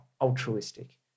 altruistic